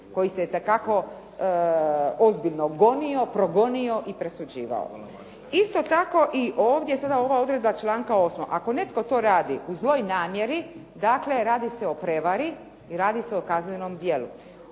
koji se dakako ozbiljno gonio, progonio i presuđivao. Isto tako, i ovdje sada ova odredba članka 8. Ako netko to radi u zloj namjeri, dakle radi se o prijevari i radi se o kaznenom djelu.